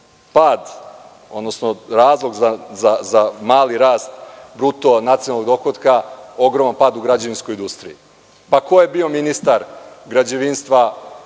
odnosno razlog za mali rast bruto nacionalnog dohotka ogroman pad u građevinskoj industriji. Pa ko je bio ministar građevinstva